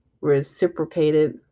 reciprocated